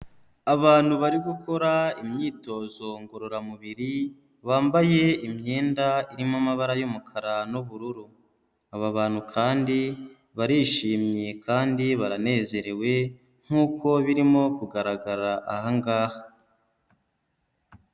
Abantu bari gukora imyitozo ngororamubiri, bambaye imyenda irimo amabara y'umukara n'ubururu, aba bantu kandi barishimye kandi baranezerewe nk'uko birimo kugaragara aha ngaha.